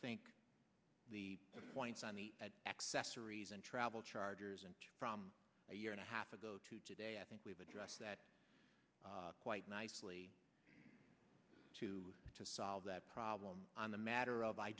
think the points on the accessories and travel chargers and from a year and a half ago to today i think we've addressed that quite nicely too to solve that problem on the matter of i